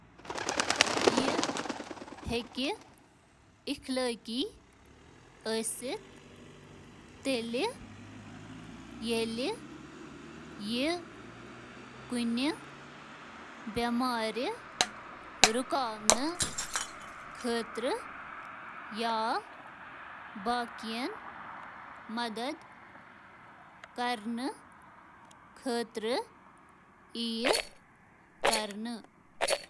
جینیٲتی طور پٲنٹھ تبدیل کرن وٲل انسانن ہنٛز اخلاقیات چِھ اکھ پیچیدٕ موضوع یتھ واریاہ مختلف نقطہ نظر چِھ: حفاظت تہٕ افادیت، عوٲمی بحث، انتخابک آزٲدی، مستقبلٕک فرد تہٕ معاشرٕچ بہبود۔